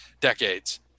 decades